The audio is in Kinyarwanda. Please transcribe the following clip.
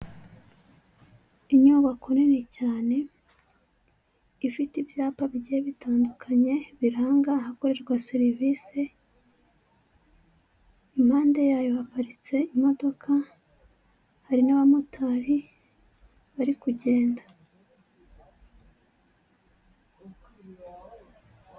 Inyubako nini cyane ifite ibyapa bigiye bitandukanye biranga ahakorerwa serivisi, impande yayo haparitse imodoka, hari n'abamotari bari kugenda.